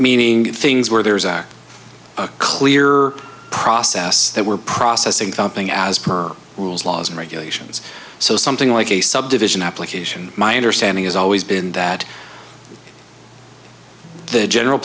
meaning things where there is a clear process that we're processing thumping as per rules laws and regulations so something like a subdivision application my understanding has always been that the general